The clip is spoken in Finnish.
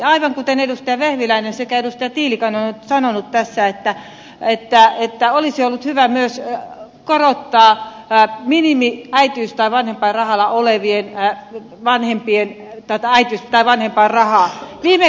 ja aivan kuten edustaja vehviläinen sekä edustaja tiilikainen ovat sanoneet tässä olisi ollut hyvä myös korottaa minimiäitiys tai vanhempainrahalla olevien vanhempien vanhem painrahaa